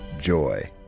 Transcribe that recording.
joy